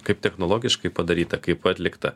kaip technologiškai padaryta kaip atlikta